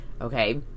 Okay